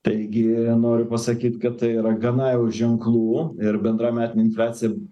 taigi noriu pasakyt kad tai yra gana jau ženklu ir bendra metinė infliacija